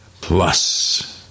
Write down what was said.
Plus